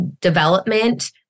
development